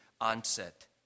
onset